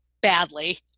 badly